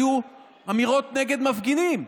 היו אמירות נגד מפגינים,